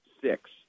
six